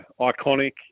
iconic